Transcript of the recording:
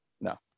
No